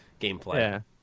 gameplay